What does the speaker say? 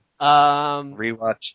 Rewatch